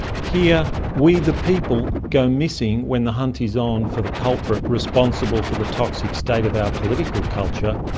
here we the people go missing when the hunt is on for the culprit responsible for the toxic state of our political culture,